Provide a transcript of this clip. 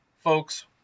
Folks